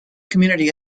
community